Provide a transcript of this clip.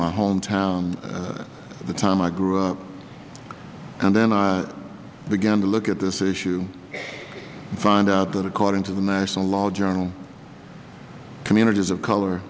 my hometown at the time i grew up and then i began to look at this issue find out that according to the national law journal communities of color